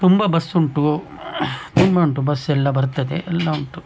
ತುಂಬ ಬಸ್ ಉಂಟು ತುಂಬ ಉಂಟು ಬಸ್ ಎಲ್ಲ ಬರ್ತದೆ ಎಲ್ಲ ಉಂಟು